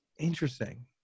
interesting